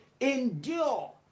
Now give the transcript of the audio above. endure